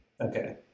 okay